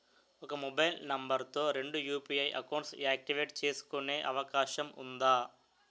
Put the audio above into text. ఒక mobile number తో రెండు యు.పి.ఐ అకౌంట్స్ యాక్టివేట్ చేసుకునే అవకాశం వుందా?